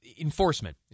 Enforcement